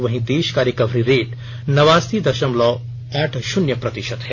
वहीं देश का रिकवरी रेट नवासी दशमलव आठ शून्य प्रतिशत है